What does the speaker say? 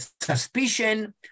suspicion